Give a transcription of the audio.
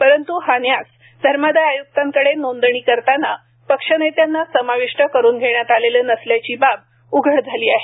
परंतु हा न्यास धर्मादाय आयुक्तांकडे नोंदणी करताना पक्षनेत्यांना समाविष्ट करून घेण्यात आलेले नसल्याची बाब उघड झाली आहे